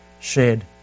shed